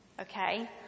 okay